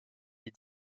des